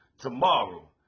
Tomorrow